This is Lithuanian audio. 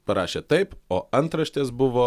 parašė taip o antraštės buvo